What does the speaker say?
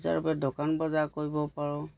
যাৰ বাবে দোকান বজাৰ কৰিব পাৰোঁ